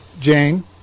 Jane